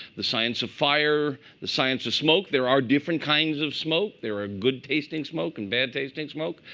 the science of fire, the science of smoke. there are different kinds of smoke. there are good tasting smoke and bad tasting smoke.